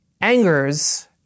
angers